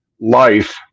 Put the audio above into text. life